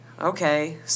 Okay